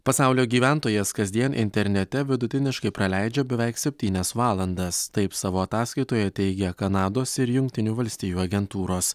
pasaulio gyventojas kasdien internete vidutiniškai praleidžia beveik septynias valandas taip savo ataskaitoje teigia kanados ir jungtinių valstijų agentūros